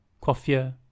Coiffure